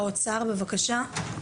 נציג האוצר בבקשה.